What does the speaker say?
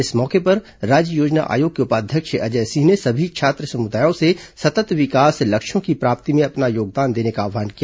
इस मौके पर राज्य योजना आयोग के उपाध्यक्ष अजय सिंह ने सभी छात्र समुदायों से सतत विकास लक्ष्यों की प्राप्ति में अपना योगदान देने का आह्वान किया